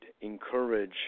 encourage